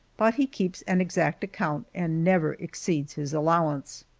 but he keeps an exact account and never exceeds his allowance.